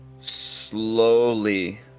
slowly